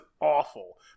awful